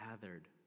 gathered